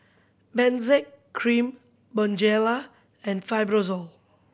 Benzac Cream Bonjela and Fibrosol